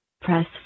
press